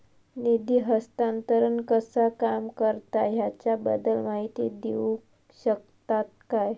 निधी हस्तांतरण कसा काम करता ह्याच्या बद्दल माहिती दिउक शकतात काय?